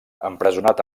empresonat